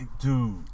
Dude